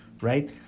right